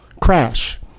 Crash